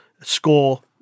score